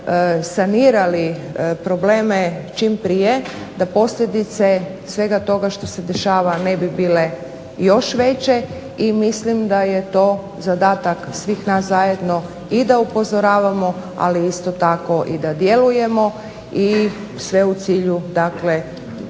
sanirali probleme čim prije, da posljedice svega toga što se dešava ne bi bile još veće i mislim da je to zadatak svih nas zajedno i da upozoravamo ali isto tako i da djelujemo i sve u cilju da